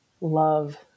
love